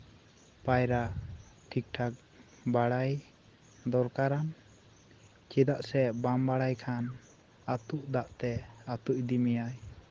ᱯᱟᱭᱨᱟᱜ ᱴᱷᱤᱠ ᱴᱷᱟᱠ ᱵᱟᱲᱟᱭ ᱫᱚᱨᱠᱟᱨᱟ ᱪᱮᱫᱟᱜ ᱥᱮ ᱵᱟᱢ ᱵᱟᱲᱟᱭ ᱠᱷᱟᱱ ᱟᱹᱛᱩᱜ ᱫᱟᱜᱛᱮ ᱟᱹᱛᱩ ᱤᱫᱤ ᱢᱮᱭᱟᱭ